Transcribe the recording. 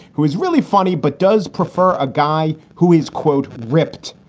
who is really funny but does prefer a guy who is, quote, ripped.